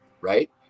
right